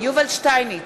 יובל שטייניץ,